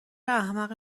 احمق